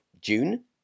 June